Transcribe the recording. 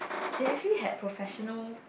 they actually had professional